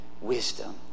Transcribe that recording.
wisdom